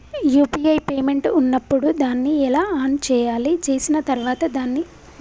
UPI payment ఉన్నప్పుడు దాన్ని ఎలా ఆన్ చేయాలి? చేసిన తర్వాత దాన్ని ఎలా చెక్ చేయాలి అమౌంట్?